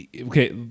okay